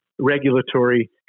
regulatory